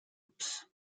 ups